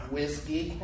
Whiskey